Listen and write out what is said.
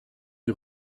lui